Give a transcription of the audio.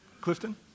Clifton